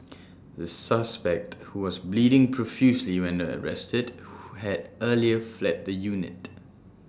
the suspect who was bleeding profusely when arrested had earlier fled the unit